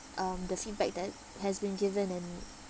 um the feedback that has been given and